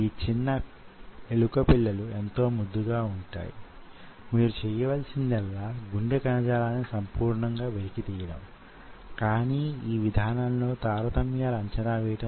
sliding filament కదలికలో actin myosin ఛైన్లు వొక దానిపై వొకటి జారుతూ వుంటాయి